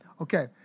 Okay